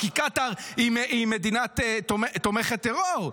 כי קטאר היא מדינה תומכת טרור,